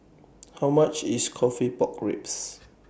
How much IS Coffee Pork Ribs